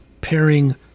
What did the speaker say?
pairing